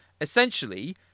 essentially